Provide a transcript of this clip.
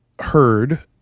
heard